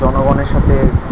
জনগণের সাথে